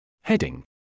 Heading